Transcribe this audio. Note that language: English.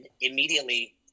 immediately